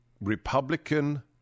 Republican